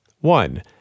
one